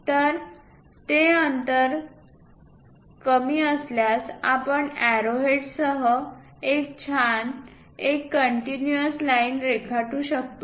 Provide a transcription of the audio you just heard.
तर ते अंतर कमी असल्यास आपण एरोहेड्ससह एक छान एक कन्टिन्यूअस लाईन रेखाटू शकतो